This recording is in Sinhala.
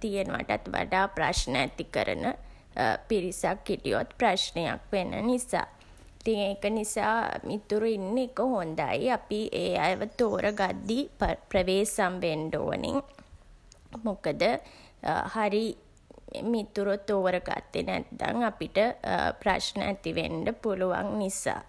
තියනවටත් වඩා ප්‍රශ්න ඇති කරන පිරිසක් හිටියොත් ප්‍රශ්නයක් වෙන නිසා. ඉතින් ඒක නිසා මිතුරෝ ඉන්න එක හොඳයි. අපි ඒ අයව තෝර ගද්දී ප්‍රවේසම් වෙන්ඩ ඕනෙ. මොකද හරි මිතුරෝ තෝර ගත්තේ නැත්තන් අපිට ප්‍රශ්න ඇති වෙන්ඩ පුළුවන් නිසා.